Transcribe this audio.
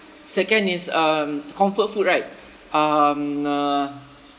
second is um comfort food right um uh